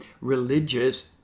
religious